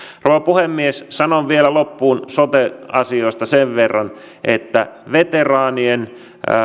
rouva puhemies sanon vielä loppuun sote asioista sen verran että veteraanien